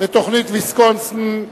בתוכנית ויסקונסין,